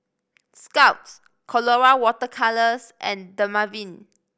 scott's Colora Water Colours and Dermaveen